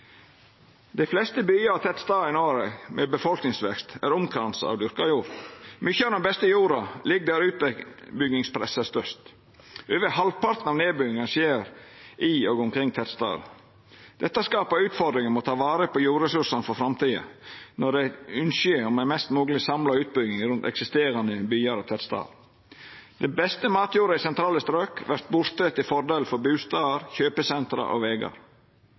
dyrka jord. Mykje av den beste jorda ligg der utbyggingspresset er størst. Over halvparten av nedbygginga skjer i eller omkring tettstader. Dette skaper utfordringar med å ta vare på jordresursane for framtida, når det er ynske om ei mest mogleg samla utbygging rundt eksisterande byar og tettstader. Den beste matjorda i sentrale strøk vert borte til fordel for bustader, kjøpesenter og vegar.